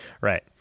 right